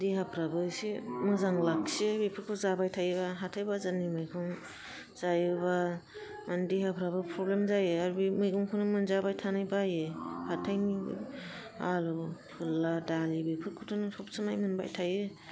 देहाफ्राबो एसे मोजां लाखियो बेफोरखौ जाबाय थायोबा हाथाइ बाजारनि मैगं जायोबा माने देहाफ्राबो प्रब्लेम जायो आरो बे मैगंखौनो मोनजाबाय थानाय बायो हाथाइनि आलु फोरला दालि बेफोरखौथ' सबसमाय मोनबाय थायो